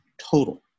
total